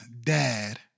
dad